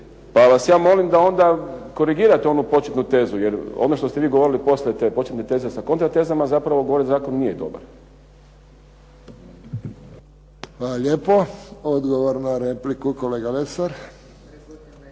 pa vas ja molim da onda korigirate onu početnu tezu, jer ono što ste vi govorili poslije te početne teze sa kontratezama zapravo govori da zakon nije dobar.